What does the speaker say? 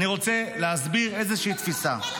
אני רוצה להסביר איזושהי תפיסה.